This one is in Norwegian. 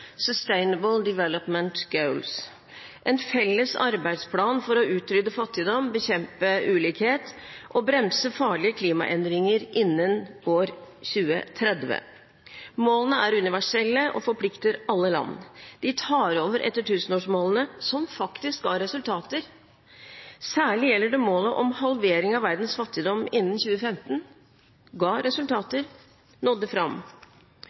development goals» – en felles arbeidsplan for å utrydde fattigdom, bekjempe ulikhet og bremse farlige klimaendringer innen år 2030. Målene er universelle og forplikter alle land. De tar over etter tusenårsmålene, som faktisk ga resultater. Særlig gjelder det målet om halvering av verdens fattigdom innen 2015 – ga resultater, nådde fram.